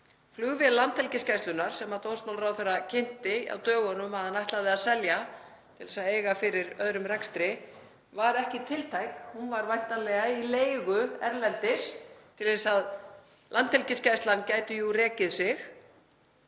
Flugvél Landhelgisgæslunnar, sem dómsmálaráðherra kynnti á dögunum að hann ætlaði að selja til að eiga fyrir öðrum rekstri, var ekki tiltæk. Hún var væntanlega í leigu erlendis til að Landhelgisgæslan gæti jú rekið sig.